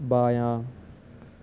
بایاں